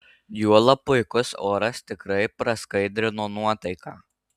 juolab puikus oras tikrai praskaidrino nuotaiką